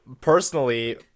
Personally